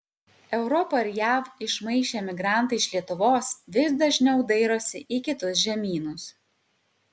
europą ir jav išmaišę emigrantai iš lietuvos vis dažniau dairosi į kitus žemynus